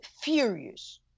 furious